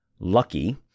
lucky